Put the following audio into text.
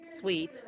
suite